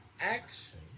action